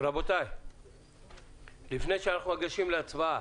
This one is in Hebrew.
לפני שניגש להצבעה,